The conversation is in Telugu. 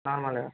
నార్మల్గా